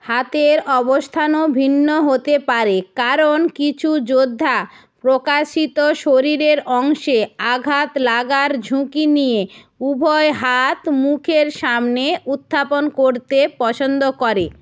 হাতের অবস্থানও ভিন্ন হতে পারে কারণ কিছু যোদ্ধা প্রকাশিত শরীরের অংশে আঘাত লাগার ঝুঁকি নিয়ে উভয় হাত মুখের সামনে উত্থাপন করতে পছন্দ করে